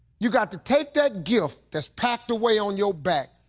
you got to take that gift that's packed away on your back,